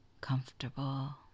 comfortable